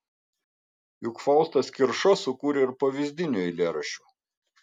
juk faustas kirša sukūrė ir pavyzdinių eilėraščių